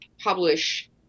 publish